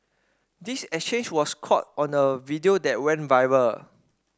this exchange was caught on a video that went viral